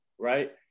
Right